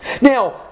Now